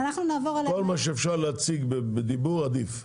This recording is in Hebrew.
כל מה שאפשר להציג דיבור, עדיף.